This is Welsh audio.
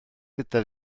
gyda